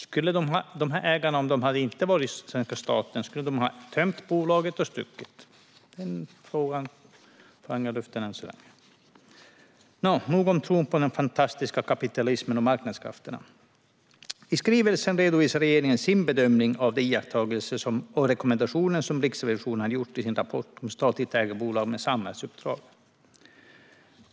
Skulle ägarna, om de inte hade varit svenska staten, ha tömt bolaget och stuckit? Frågan får hänga i luften så länge. Nog om tron på den fantastiska kapitalismen och marknadskrafterna. I skrivelsen redovisar regeringen sin bedömning av de iakttagelser och rekommendationer som Riksrevisionen har gjort i sin rapport om statligt ägda bolag med samhällsuppdrag.